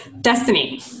Destiny